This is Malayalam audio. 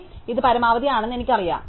അതിനാൽ ഇത് പരമാവധി ആണെന്ന് എനിക്കറിയാം